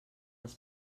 els